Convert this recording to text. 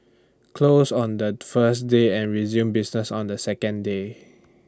closed on that first day and resumes business on the second day